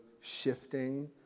shifting